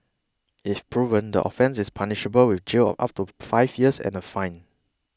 if proven the offence is punishable with jail of up to five years and a fine